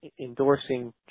endorsing